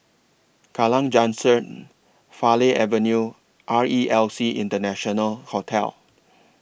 Kallang Junction Farleigh Avenue R E L C International Hotel